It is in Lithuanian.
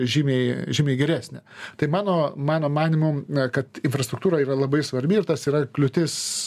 žymiai žymiai geresnė tai mano mano manymu kad infrastruktūra yra labai svarbi ir tas yra kliūtis